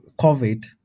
COVID